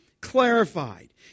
clarified